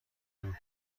دور